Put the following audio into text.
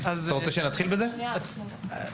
כלומר,